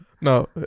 No